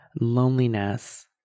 loneliness